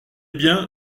bien